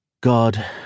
God